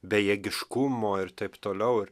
bejėgiškumo ir taip toliau ir